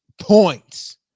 points